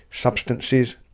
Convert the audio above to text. substances